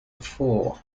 four